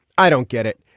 i don't get it.